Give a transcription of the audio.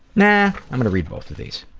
naaah, i'm gonna read both of these.